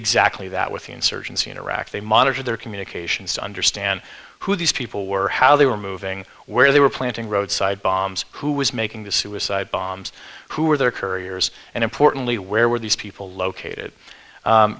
exactly that with the insurgency in iraq they monitored their communications to understand who these people were how they were moving where they were planting roadside bombs who was making the suicide bombs who were their couriers and importantly where were these people located